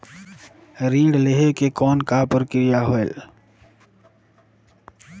ऋण लहे के कौन का प्रक्रिया होयल?